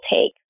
take